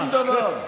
שום דבר.